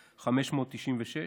67,596,